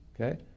Okay